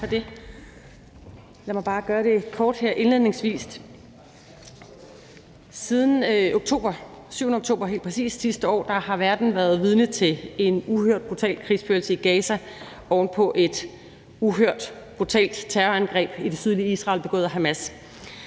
Tak for det. Lad mig bare gøre det kort her indledningsvis. Siden den 7. oktober sidste år har verden været vidne til en uhørt brutal krigsførelse i Gaza oven på et uhørt brutalt terrorangreb i det sydlige Israel begået af Hamas.